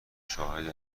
شاهد